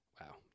Wow